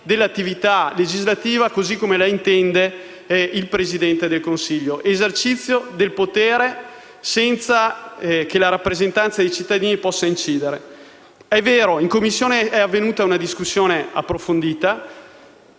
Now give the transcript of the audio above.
dell'attività legislativa così come la intende il Presidente del Consiglio; un esercizio del potere senza che la rappresentanza dei cittadini possa incidere. È vero, in Commissione è avvenuta una discussione approfondita,